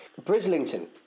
Brislington